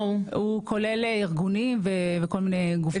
הוא כולל ארגונים וכל מיני גופים ש